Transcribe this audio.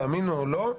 תאמינו או לא,